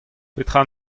petra